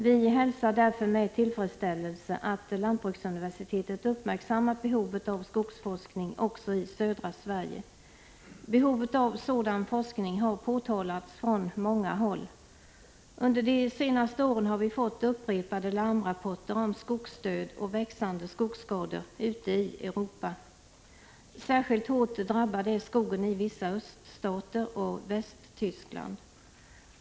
Vi hälsar därför med tillfredsställelse att lantbruksuniversitetet uppmärksammat behovet av skogsforskning också i södra Sverige. Behovet av sådan forskning har påpekats från många håll. Under de senaste åren har vi fått upprepade larmrapporter om skogsdöd och växande skogsskador ute i Europa. Särskilt hårt drabbad är skogen i vissa öststater och i Västtyskland.